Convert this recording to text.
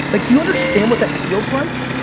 like do you understand what that feels like?